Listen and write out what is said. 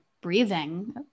breathing